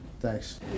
Thanks